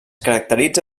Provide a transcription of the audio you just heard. caracteritza